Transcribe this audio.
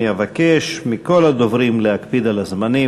אני אבקש מכל הדוברים להקפיד על הזמנים.